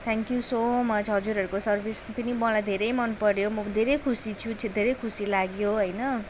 thank you so much हजुरहरूको service पनि मलाई धेरै मनपऱ्यो म धेरै खुसी छु धेरै खुसी लाग्यो होइन